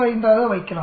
05 ஆக வைக்கலாம்